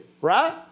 right